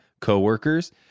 co-workers